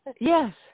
Yes